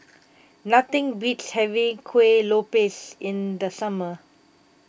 nothing beats having Kueh Lopes in the summer